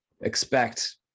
Expect